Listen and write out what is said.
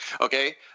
okay